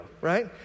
right